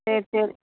சரி சரி